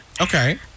Okay